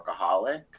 workaholic